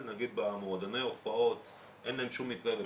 במועדוני ההופעות אין להם שום מקרה,